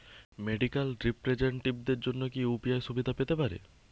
Medical রিপ্রেজন্টেটিভদের জন্য কি ইউ.পি.আই সুবিধা পেতে পারে?